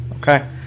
okay